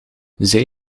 zij